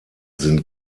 sind